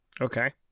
Okay